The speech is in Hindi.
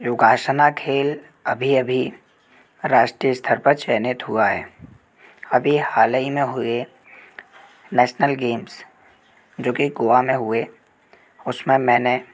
योगासना खेल अभी अभी रास्ट्रीय स्तर पर चयनित हुआ है अभी हाल ही में हुए नेसनल गेम्स जो कि गोवा में हुए उसमें मैंने